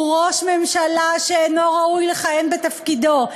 הוא ראש ממשלה שאינו ראוי לכהן בתפקידו,